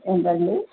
ఏంటండీ